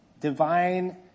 divine